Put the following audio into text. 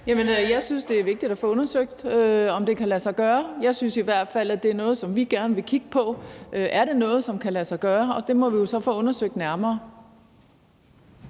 Jeg synes, det er vigtigt at få undersøgt, om det kan lade sig gøre. Jeg synes i hvert fald, at det er noget, som vi gerne vil kigge på. Er det noget, som kan lade sig gøre? Det må vi jo så få undersøgt nærmere.